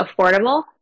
affordable